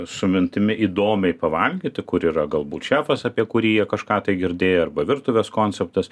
su mintimi įdomiai pavalgyti kur yra galbūt šefas apie kurį jie kažką girdėję arba virtuvės konceptas